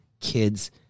kids